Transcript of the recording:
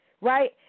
right